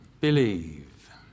believe